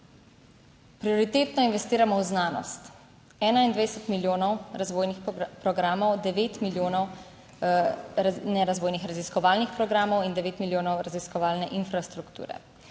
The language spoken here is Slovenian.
Prioritetno investiramo v znanost 21 milijonov razvojnih programov, devet milijonov nerazvojnih raziskovalnih programov in devet milijonov raziskovalne infrastrukture.